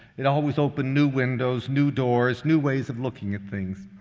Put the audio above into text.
it always opened new windows, new doors, new ways of looking at things.